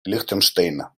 лихтенштейна